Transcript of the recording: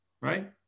Right